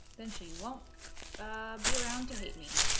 then she won't be around to hate me